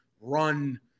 run